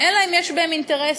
אלא אם כן יש בהם אינטרס,